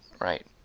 right